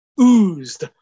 oozed